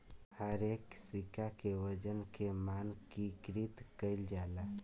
हरेक सिक्का के वजन के मानकीकृत कईल जाला